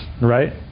right